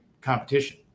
competition